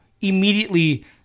immediately